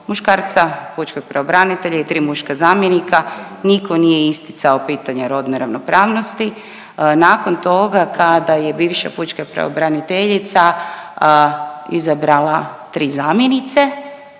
muškarca pučkog pravobranitelja i tri muška zamjenika niko nije isticao pitanje rodne ravnopravnosti. Nakon toga kada je bivša pučka pravobraniteljica izabrala tri zamjenice